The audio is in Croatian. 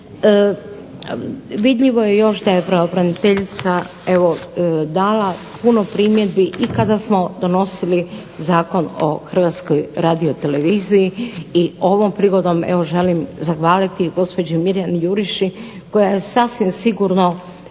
Vidljivo je još da je pravobraniteljica evo dala puno primjedbi i kada smo donosili Zakon o Hrvatskoj radioteleviziji. I ovom prigodom, evo želim zahvaliti i gospođi Mirjani Juriši koja je sasvim sigurno